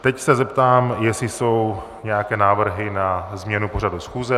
Teď se zeptám, jestli jsou nějaké návrhy na změnu pořadu schůze.